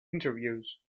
interviews